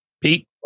Pete